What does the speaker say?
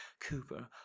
Cooper